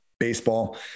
baseball